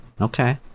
okay